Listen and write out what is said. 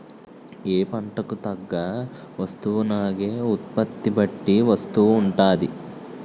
ఏ పంటకు తగ్గ వస్తువునాగే ఉత్పత్తి బట్టి వస్తువు ఉంటాది